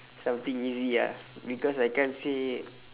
something easy ah because I can't say